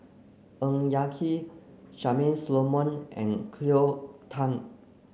Ng Yak Whee Charmaine Solomon and Cleo Thang